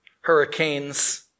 hurricanes